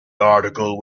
article